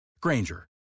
Granger